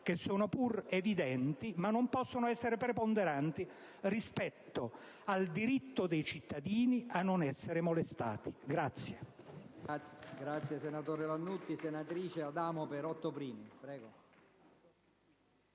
che sono pur evidenti, ma non possono essere preponderanti rispetto al diritto dei cittadini a non essere molestati.